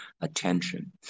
attention